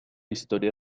historia